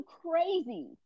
crazy